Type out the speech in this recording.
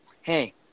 hey